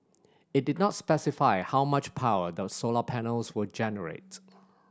it did not specify how much power the solar panels will generates